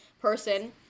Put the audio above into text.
person